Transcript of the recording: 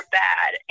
bad